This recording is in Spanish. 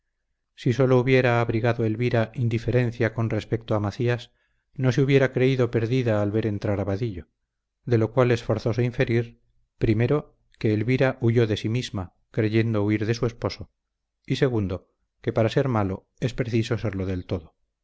si sólo hubiera abrigado elvira indiferencia con respecto a macías no se hubiera creído perdida al ver entrar a vadillo de lo cual es forzoso inferir primero que elvira huyó de sí misma creyendo huir de su esposo y segundo que para ser malo es preciso serlo del todo